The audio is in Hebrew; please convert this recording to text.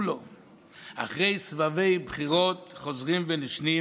לו אחרי סבבי בחירות חוזרים ונשנים